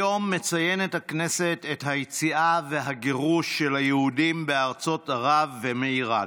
היום מציינת הכנסת את היציאה והגירוש של היהודים מארצות ערב ומאיראן.